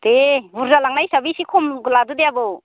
दे बुरजा लांनाय हिसाबै एसे खम लादो दे आबौ